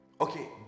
Okay